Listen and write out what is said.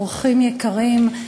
אורחים יקרים,